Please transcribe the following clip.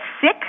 sick